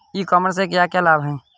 ई commerce से क्या क्या लाभ हैं?